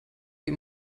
ihm